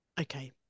Okay